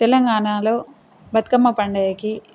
తెలంగాణలో బతుకమ్మ పండగకి